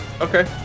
Okay